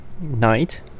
night